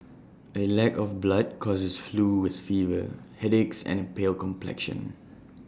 A lack of blood causes flu with fever headaches and A pale complexion